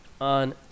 on